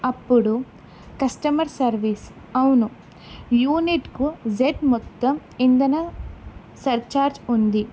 అప్పుడు customer service అవును యూనిట్కు జెడ్ మొత్తం ఇంధన సర్ఛార్జ్ ఉంది